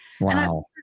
Wow